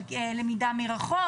על למידה מרחוק